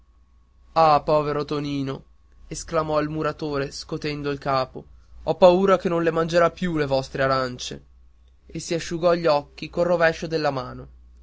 ah povero tonino esclamò il muratore scotendo il capo ho paura che non le mangerà più le vostre arancie e si asciugò gli occhi col rovescio della mano